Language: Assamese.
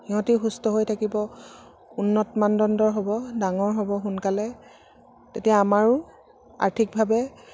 সিহঁতে সুস্থ হৈ থাকিব উন্নত মানদণ্ডৰ হ'ব ডাঙৰ হ'ব সোনকালে তেতিয়া আমাৰো আৰ্থিকভাৱে